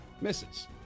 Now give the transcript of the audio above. Misses